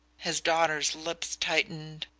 his daughter's lips tightened.